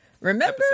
Remember